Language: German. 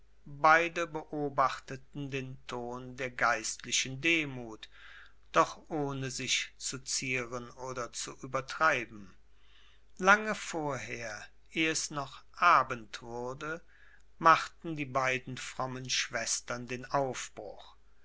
beide beobachteten den ton der geistlichen demut doch ohne sich zu zieren oder zu übertreiben lange vorher eh es noch abend wurde machten die beiden frommen schwestern den aufbruch